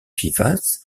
vivace